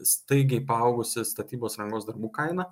staigiai paaugusi statybos rangos darbų kaina